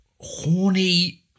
horny